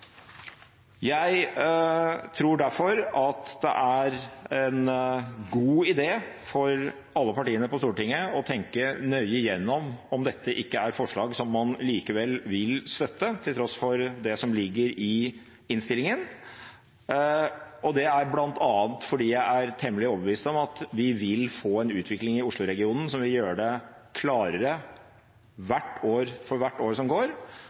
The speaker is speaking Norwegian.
Jeg tror derfor at det er en god idé for alle partiene på Stortinget å tenke nøye igjennom om dette ikke er et forslag som man likevel vil støtte, til tross for det som ligger i innstillingen. Det er bl.a. fordi jeg er temmelig overbevist om at vi vil få en utvikling i Oslo-regionen som vil gjøre det klarere for hvert år som går,